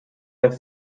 faire